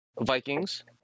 Vikings